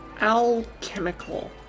Alchemical